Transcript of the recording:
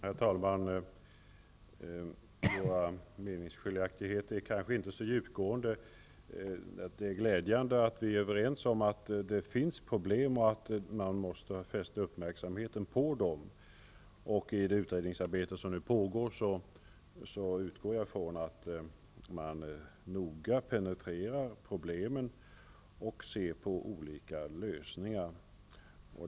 Herr talman! Våra meningsskiljaktigheter är kanske inte så djupgående. Det är glädjande att vi är överens om att det finns problem och att man måste fästa uppmärksamheten på dem. Jag utgår från att man i det utredningsarbete som nu pågår noga penetrerar problemen och ser på olika lösningar.